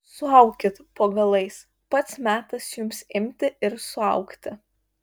suaukit po galais pats metas jums imti ir suaugti